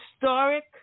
historic